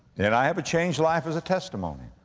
and i have a changed life as a testimony.